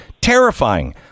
Terrifying